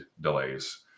delays